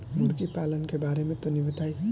मुर्गी पालन के बारे में तनी बताई?